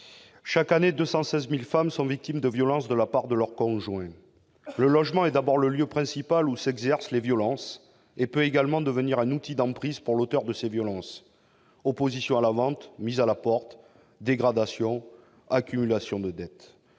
Chaque année, 216 000 femmes sont victimes de violences de la part de leur conjoint. Le logement est d'abord le lieu principal où s'exercent les violences et peut également devenir un outil d'emprise pour l'auteur de ces violences : opposition à la vente, mise à la porte, dégradations, accumulation de dettes